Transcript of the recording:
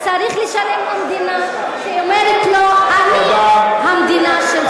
צריך לשלם למדינה, שאומרת לו, אני המדינה שלך.